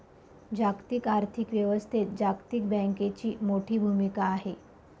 जागतिक आर्थिक व्यवस्थेत जागतिक बँकेची मोठी भूमिका आहे